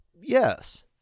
yes